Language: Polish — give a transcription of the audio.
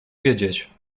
wiedzieć